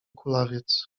kulawiec